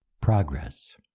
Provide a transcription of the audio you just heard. progress